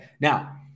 Now